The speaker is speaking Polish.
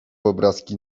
obrazki